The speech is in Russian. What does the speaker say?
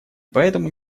поэтому